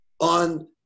on